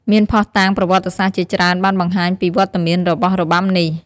មានភស្តុតាងប្រវត្តិសាស្ត្រជាច្រើនបានបង្ហាញពីវត្តមានរបស់របាំនេះ។